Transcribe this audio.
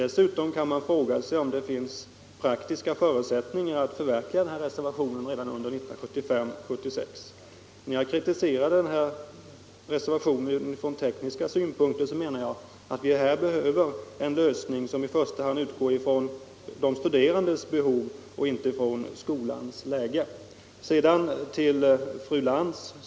Dessutom kan man fråga sig om det finns praktiska förutsättningar att förverkliga den här reservationen redan under budgetåret 1975/76. När jag kritiserade den här reservationen utifrån tekniska synpunkter menade jag att vi behöver en lösning som i första hand utgår från de studerandes behov och inte från skolans läge. Sedan vill jag vända mig till fru Lantz.